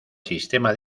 sistema